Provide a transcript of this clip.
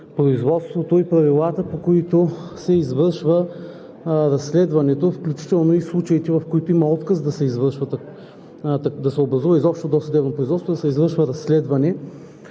производството и правилата, по които се извършва разследването, включително и случаите, в които има отказ да се образува изобщо досъдебно производство, да се извършва разследване.